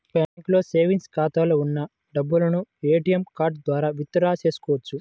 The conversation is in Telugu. బ్యాంకులో సేవెంగ్స్ ఖాతాలో ఉన్న డబ్బును ఏటీఎం కార్డు ద్వారా విత్ డ్రా చేసుకోవచ్చు